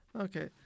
Okay